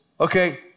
okay